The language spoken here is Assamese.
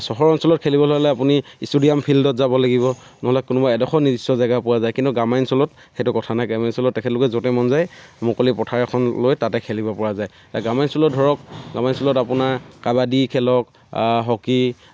চহৰ অঞ্চলত খেলিবলৈ হ'লে আপুনি ষ্টেডিয়াম ফিল্ডত যাব লাগিব নহ'লে কোনোবা এডোখৰ নিৰ্দিষ্ট জাগা পোৱা যায় কিন্তু গ্ৰাম্যাঞ্চলত সেইটো কথা নাই গ্ৰাম্যাঞ্চলত তেখেতলোকে য'তে মন যায় মুকলি পথাৰ এখন লৈ তাতে খেলিব পৰা যায় এতিয়া গ্ৰাম্যাঞ্চলত ধৰক গ্ৰাম্যাঞ্চলত আপোনাৰ কাবাডী খেল হওক হকী